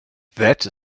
that